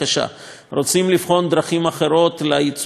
רוצים לבחון דרכים אחרות לייצור האמוניה,